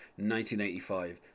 1985